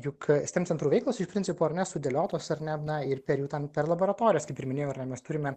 juk steam centrų veiklos iš principo ar ne sudėliotos ar ne na ir per jų tą per laboratorijas kaip ir minėjau mes turime